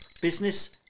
business